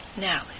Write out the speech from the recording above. Now